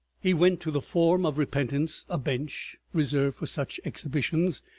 he went to the form of repentance, a bench reserved for such exhibitions,